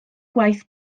gwaith